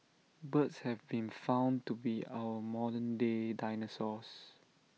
birds have been found to be our modern day dinosaurs